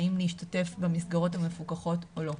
האם להשתתף במסגרות המפוקחות או לא.